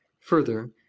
Further